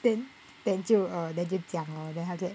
then then 就 err then 就这样咯 then after that